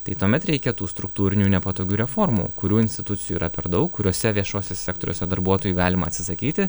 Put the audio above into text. tai tuomet reikia tų struktūrinių nepatogių reformų kurių institucijų yra per daug kuriuose viešuose sektoriuose darbuotojų galima atsisakyti